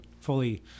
fully